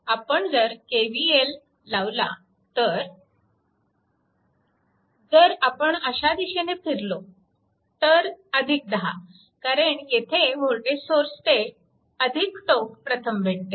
तर आपण KVL लावला तर जर आपण अशा दिशेने फिरलो तर 10 कारण येथे वोल्टेज सोर्सचे टोक प्रथम भेटते